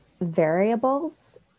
variables